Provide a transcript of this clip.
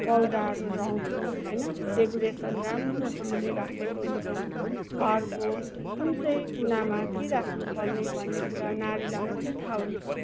पौधाहरू लाउँछौँ होइन डेकुरेसन राम्रोसँगले राखेको हुन्छौँ घरको कुन चाहिँ कुनामा के राख्नुपर्ने भन्ने कुरा नारीलाई मात्रै थाहा हुन्छ